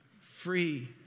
free